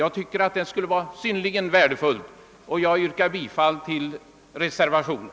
Jag tycker att det skulle vara synnerligen värdefullt om en sådan kom till stånd. Jag ber därför att få yrka bifall till reservationen.